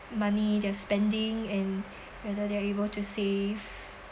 money their spending and whether they are able to save